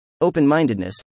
open-mindedness